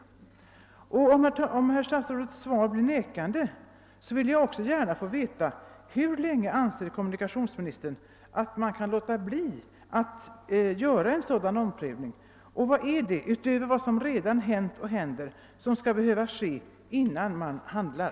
Om herr statsrådet svar blir nekande vill jag också gärna få veta hur länge kommunikationsministern anser att man kan låta bli att göra en sådan omprövning och vad som skall behöva ske, utöver vad som redan hänt och händer, innan man handlar.